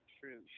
True